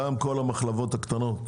גם כל המחלבות הקטנות